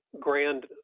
grand